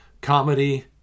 comedy